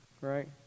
Right